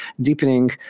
deepening